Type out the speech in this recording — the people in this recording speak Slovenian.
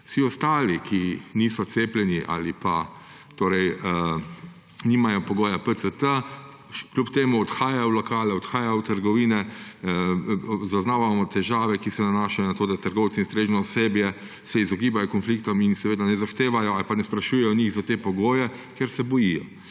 Vsi ostali, ki niso cepljeni ali pa nimajo pogoja PCT, kljub temu odhajajo v lokale, odhajajo v trgovine. Zaznavamo težave, ki se nanašajo na to, da se trgovci in strežno osebje izogibajo konfliktom in seveda ne zahtevajo ali pa ne sprašujejo njih za te pogoje, ker se bojijo.